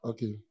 Okay